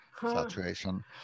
saturation